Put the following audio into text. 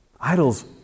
Idols